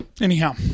Anyhow